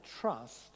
trust